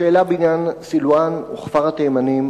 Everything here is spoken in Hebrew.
שאלה בעניין סילואן וכפר-התימנים,